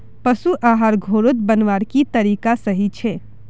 पशु आहार घोरोत बनवार की तरीका सही छे?